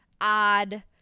odd